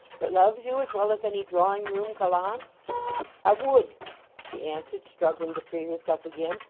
that loves you as well as any drawing-room gallant i would she answered, struggling to free herself again.